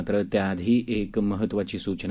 मात्र त्याआधी एक महत्त्वाची सूचना